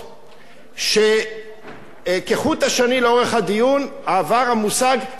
וכחוט השני לאורך הדיון עבר המושג "תת-ספית".